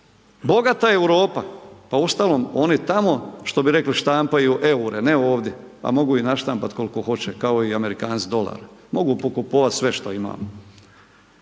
bogata Europa, pa uostalom oni tamo što bi rekli štampaju EUR-e, ne ovdje, a mogu ih naštampati koliko hoće, kao i Amerikanci dolare, mogu pokupovat sve što imamo.